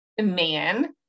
man